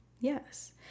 Yes